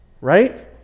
Right